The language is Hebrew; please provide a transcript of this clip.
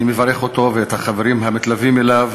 אני מברך אותו ואת החברים המתלווים אליו.